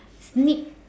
sneak